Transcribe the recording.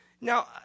Now